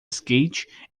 skate